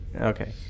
Okay